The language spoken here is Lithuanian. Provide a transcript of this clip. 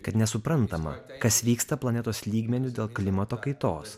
kad nesuprantama kas vyksta planetos lygmeniu dėl klimato kaitos